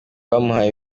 bamuhaye